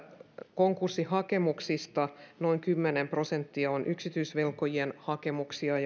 konkurssihakemuksista noin kymmenen prosenttia on yksityisvelkojien hakemuksia